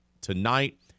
tonight